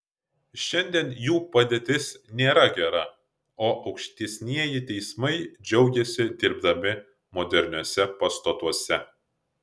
šiandien jų padėtis nėra gera o aukštesnieji teismai džiaugiasi dirbdami moderniuose pastatuose